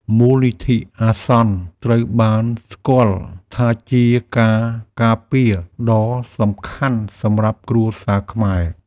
មូលនិធិអាសន្នត្រូវបានស្គាល់ថាជាការការពារដ៏សំខាន់សម្រាប់គ្រួសារខ្មែរ។